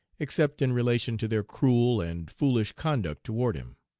except in relation to their cruel and foolish conduct toward him.